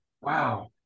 Wow